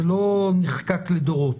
זה לא נחקק לדורות.